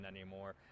anymore